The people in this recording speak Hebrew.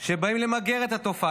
שבאים למגר את התופעה,